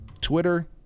Twitter